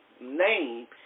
name